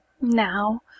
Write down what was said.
Now